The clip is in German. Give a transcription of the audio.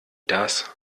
das